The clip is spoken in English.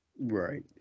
Right